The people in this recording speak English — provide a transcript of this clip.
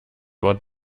what